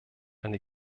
eine